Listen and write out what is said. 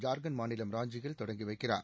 ஜார்க்கண்ட் மாநிலம் ராஞ்சியில் தொடங்கி வைக்கிறார்